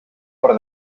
per